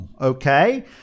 Okay